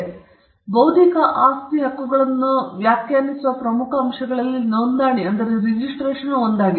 ಆದ್ದರಿಂದ ಬೌದ್ಧಿಕ ಆಸ್ತಿ ಹಕ್ಕುಗಳನ್ನು ನಾವು ವ್ಯಾಖ್ಯಾನಿಸುವ ಪ್ರಮುಖ ಅಂಶಗಳಲ್ಲಿ ನೋಂದಣಿ ಒಂದಾಗಿದೆ